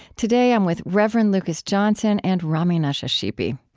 today, i'm with reverend lucas johnson and rami nashashibi.